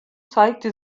zeigte